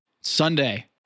Sunday